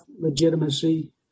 legitimacy